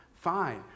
fine